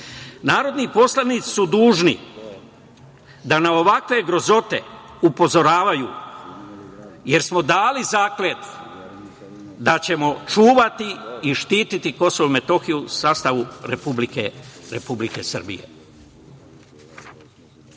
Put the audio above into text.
Narodni poslanici su dužni da na ovakve grozote upozoravaju, jer smo dali zakletvu da ćemo čuvati i štititi KiM u sastavu Republike Srbije.